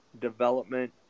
development